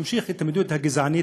שממשיך את המדיניות הגזענית,